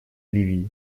ливии